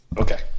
okay